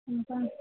हां